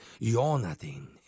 Jonathan